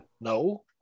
No